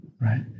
Right